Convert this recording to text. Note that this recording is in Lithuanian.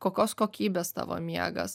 kokios kokybės tavo miegas